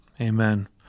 Amen